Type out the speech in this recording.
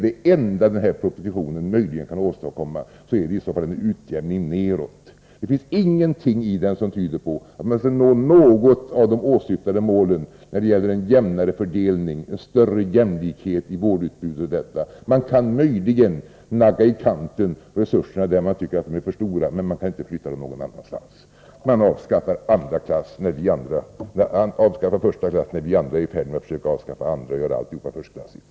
Det enda man möjligen kan åstadkomma med den här propositionen är således en utjämning nedåt. Det finns ingenting i propositionen som tyder på att man skall kunna nå något av de åsyftade målen om en jämnare fördelning, en större jämlikhet i vårdutbudet. Möjligen kan man något nagga resurserna i kanten, där de anses vara för stora. Men man kan inte flytta resurserna någon annanstans. Man avskaffar första klass när vi andra är i färd med att avskaffa andra klass för att göra vården i dess helhet förstklassig.